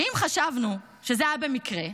ואם חשבנו שזה היה במקרה,